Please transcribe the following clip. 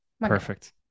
Perfect